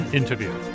interview